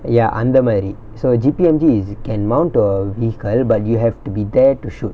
ya அந்தமாரி:anthamaari so G_P_M_G is can mount to a vehicle but you have to be there to shoot